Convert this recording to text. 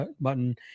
button